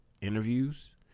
interviews